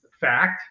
fact